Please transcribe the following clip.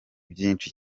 byinshi